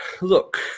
look